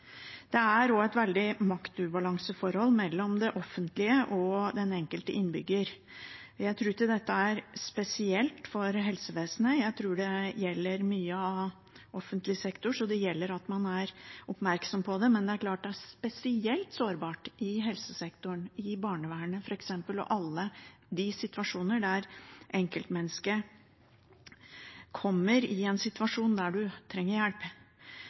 Det er også et veldig maktubalanseforhold mellom det offentlige og den enkelte innbygger. Jeg tror ikke dette er spesielt for helsevesenet, jeg tror det gjelder mye av offentlig sektor, så det gjelder at man er oppmerksom på det. Men det er klart at det er spesielt sårbart i helsesektoren, i barnevernet f.eks., med alle de tilfellene der enkeltmennesket kommer i en situasjon der en trenger hjelp.